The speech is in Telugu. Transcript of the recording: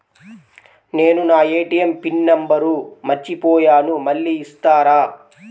నేను నా ఏ.టీ.ఎం పిన్ నంబర్ మర్చిపోయాను మళ్ళీ ఇస్తారా?